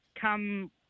come